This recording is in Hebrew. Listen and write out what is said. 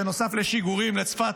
נוסף על שיגורים לצפת,